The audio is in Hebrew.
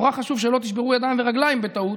נורא חשוב שלא תשברו ידיים ורגליים בטעות.